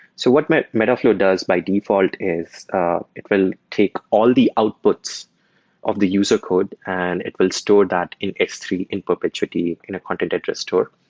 so what metaflow does by default is it will take all the outputs of the user code and it will store that in s three in perpetuity in a content data store.